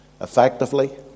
effectively